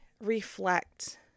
reflect